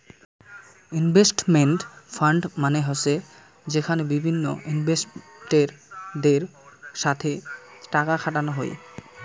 investment fund মানে হসে যেখানে বিভিন্ন ইনভেস্টরদের সাথে টাকা খাটানো হই